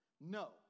No